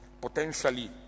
potentially